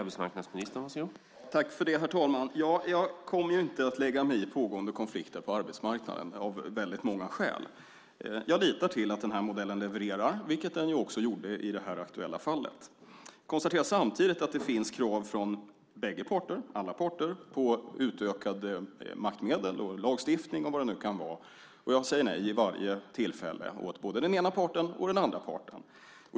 Herr talman! Jag kommer inte att lägga mig i pågående konflikter på arbetsmarknaden av väldigt många skäl. Jag litar till att den här modellen levererar, vilket den ju också gjorde i det aktuella fallet. Jag konstaterar samtidigt att det finns krav från alla parter på utökade maktmedel, lagstiftning och vad det nu kan vara, och jag säger nej vid varje tillfälle åt både den ena och den andra parten.